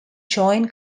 joined